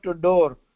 door